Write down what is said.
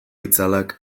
itzalak